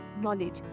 knowledge